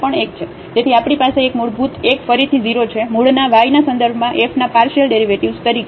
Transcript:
તેથી આપણી પાસે 1 મૂળભૂત 1 ફરીથી 0 છે મૂળના y ના સંદર્ભમાં f ના પાર્શિયલ ડેરિવેટિવ્ઝ તરીકે